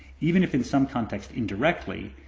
even if in some contexts indirectly,